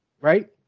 right